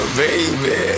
baby